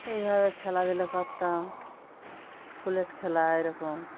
এইভাবে খেলা দিলে করতাম ফুলের খেলা এরকম